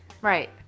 Right